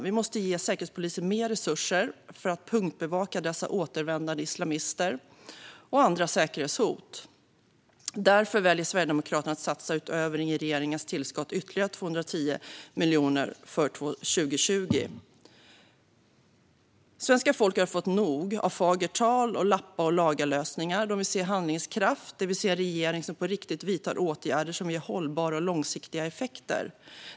Vi måste ge Säkerhetspolisen mer resurser till punktbevakning av dessa återvändande islamister och andra säkerhetshot. Därför väljer Sverigedemokraterna att utöver regeringens tillskott satsa ytterligare 210 miljoner för 2020. Svenska folket har fått nog av fagert tal och lappa-och-laga-lösningar. De vill se handlingskraft. De vill se en regering som på riktigt vidtar åtgärder som ger hållbara och långsiktiga effekter.